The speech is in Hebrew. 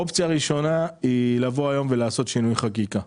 אופציה ראשונה היא לבוא ולעשות שינוי חקיקה.